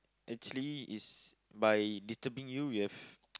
actually is by disturbing you we have